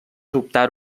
dubtar